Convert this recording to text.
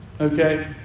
Okay